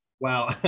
Wow